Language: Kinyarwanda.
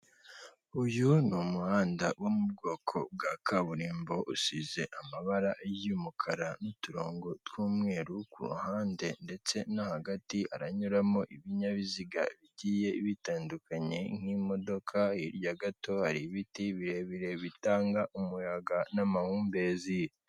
Uyu ni umuhanda wo mu bwoko bwa kaburimbo usize amabara y'umukara n'uturongo tw'umweru, ku ruhande ndetse no hagati haranyuramo ibinyabiziga bigiye bitandukanye nk'imodoka, hirya gato hari ibiti birebire bitanga umuyaga n'amahumbezi.